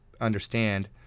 understand